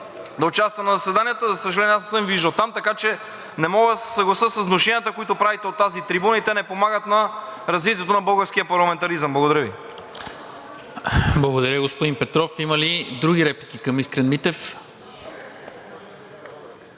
да участва на заседанията. За съжаление, аз не съм Ви виждал там. Така че не мога да се съглася с внушенията, които правите от тази трибуна, и те не помагат на развитието на българския парламентаризъм. Благодаря Ви. ПРЕДСЕДАТЕЛ НИКОЛА МИНЧЕВ: Благодаря, господин Петров. Има ли други реплики към Искрен Митев?